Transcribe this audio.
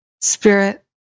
Spirit